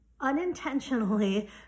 unintentionally